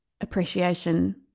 appreciation